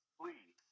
please